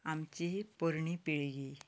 आमची पोरणी पिळगी